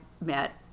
met